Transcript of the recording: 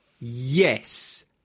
Yes